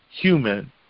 human